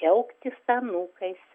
džiaugtis anūkais